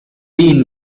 been